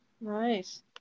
Nice